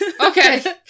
Okay